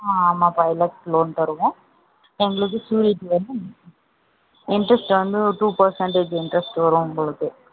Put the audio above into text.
ஆமாம்ப்பா எல்லாத்துக்கும் லோன் தருவோம் எங்களுக்கு ஷ்யூரிட்டி வேணும் இன்ட்ரஸ்ட் வந்த டூ பர்சன்டேஜ் இன்ட்ரஸ்டு வரும் உங்களுக்கு